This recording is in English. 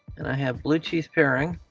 and i have bluetooth pairing.